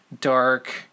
dark